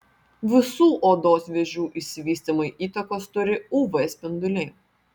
visų odos vėžių išsivystymui įtakos turi uv spinduliai